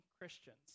Christians